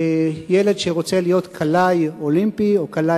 ילד שרוצה להיות קלע אולימפי או קלע